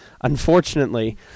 Unfortunately